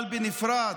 אבל בנפרד.